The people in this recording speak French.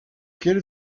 quelle